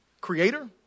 creator